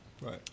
Right